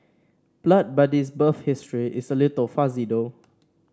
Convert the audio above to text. Blood Buddy's birth history is a little fuzzy though